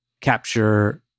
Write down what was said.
capture